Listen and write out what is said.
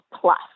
plus